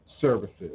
services